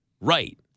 right